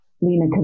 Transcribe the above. Lena